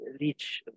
reach